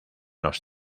los